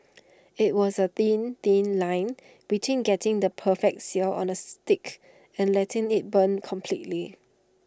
IT was A thin thin line between getting the perfect sear on the steak and letting IT burn completely